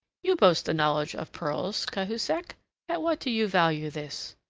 you boast a knowledge of pearls, cahusac at what do you value this?